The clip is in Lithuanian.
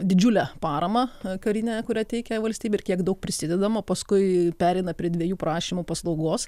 didžiulę paramą karinę kurią teikia valstybė ir kiek daug prisidedama paskui pereina prie dviejų prašymų paslaugos